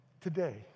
today